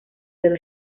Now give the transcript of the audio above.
del